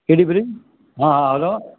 केड़यू केड़यू हा हेलो